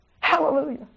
Hallelujah